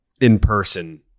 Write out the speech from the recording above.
in-person